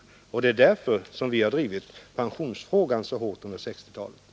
Det är just därför vi har drivit pensionsfrågan så hårt under 1960-talet.